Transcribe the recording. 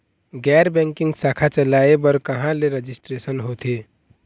गैर बैंकिंग शाखा चलाए बर कहां ले रजिस्ट्रेशन होथे?